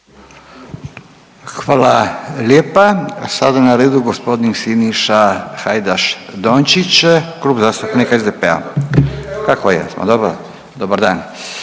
Hvala lijepa. Sada je na redu g. Siniša Hajdaš Dončić, Klub zastupnika SDP-a. Kako je, jesmo dobro, dobar dan,